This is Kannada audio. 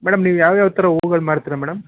ಮೇಡಮ್ ನೀವು ಯಾವ ಯಾವ ಥರ ಹೂಗಳು ಮಾರ್ತೀರಿ ಮೇಡಮ್